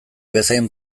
bezain